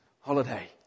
holiday